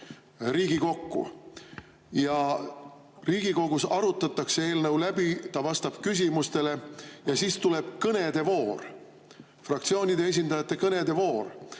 Riigikokku ja Riigikogus arutatakse eelnõu läbi, ta vastab küsimustele ja siis tuleb kõnedevoor, fraktsioonide esindajate kõnede voor,